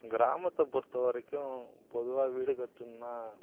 கிராமத்தை பொறுத்த வரைக்கும் பொதுவாக வீடு கட்டணுன்னா